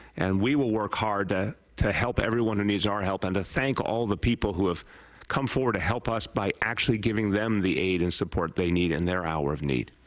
and we will work hard ah to help everyone who needs our help and thank all the people who have come forward to help us by actually giving them the aid and support they need in their hour of need.